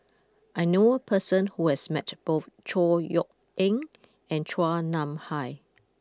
I knew a person who has met both Chor Yeok Eng and Chua Nam Hai